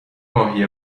ماهی